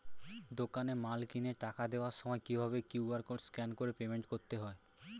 দোকানে মাল কিনে টাকা দেওয়ার সময় কিভাবে কিউ.আর কোড স্ক্যান করে পেমেন্ট করতে হয়?